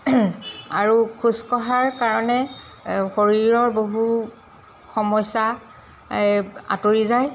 আৰু খোজ কঢ়াৰ কাৰণে শৰীৰৰ বহু সমস্যা এই আঁতৰি যায়